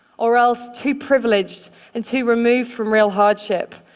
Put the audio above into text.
or else too privileged and too removed from real hardship,